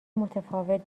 متفاوت